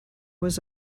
was